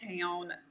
town